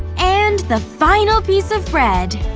and the final piece of bread